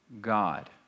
God